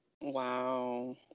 Wow